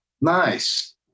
Nice